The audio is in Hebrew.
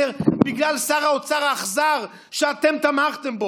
בגלל שר האוצר האכזר שאתם תמכתם בו.